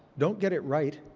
don't get it right,